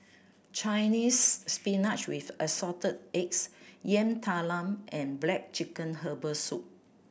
Chinese Spinach with Assorted Eggs Yam Talam and black chicken herbal soup